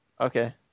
Okay